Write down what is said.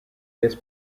this